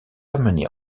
amenés